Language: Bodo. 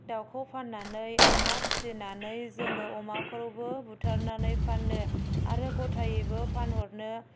दाउखौ फान्नानै अमा फिसिनानै जोङो अमाखौल'बो बुथारनानै फान्नो आरो गथायैबो फानहरनो